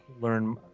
learn